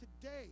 today